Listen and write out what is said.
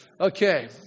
Okay